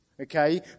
okay